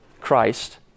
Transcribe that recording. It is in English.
christ